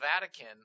Vatican